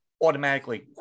automatically